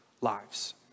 lives